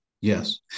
Yes